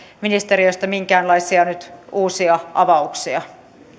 ministeriöstä nyt minkäänlaisia uusia avauksia